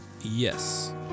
Yes